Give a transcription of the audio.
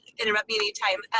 interrupt me any time.